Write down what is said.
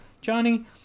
Johnny